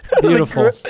Beautiful